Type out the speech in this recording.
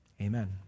Amen